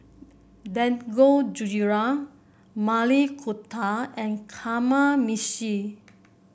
Dangojiru Maili Kofta and Kamameshi